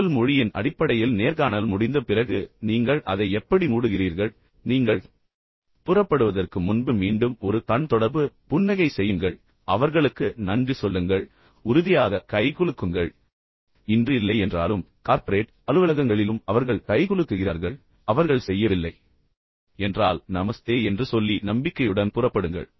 உடல் மொழியின் அடிப்படையில் நேர்காணல் முடிந்த பிறகு நீங்கள் அதை எப்படி மூடுகிறீர்கள் நீங்கள் புறப்படுவதற்கு முன்பு மீண்டும் ஒரு கண் தொடர்பு புன்னகை செய்யுங்கள் அவர்களுக்கு நன்றி சொல்லுங்கள் உறுதியாக கைகுலுக்குங்கள் இன்று இல்லை என்றாலும் கார்ப்பரேட் அலுவலகங்களிலும் அவர்கள் கைகுலுக்குகிறார்கள் ஆனால் அவர்கள் செய்யவில்லை என்றால் நமஸ்தே என்று சொல்லி நம்பிக்கையுடன் புறப்படுங்கள்